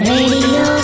Radio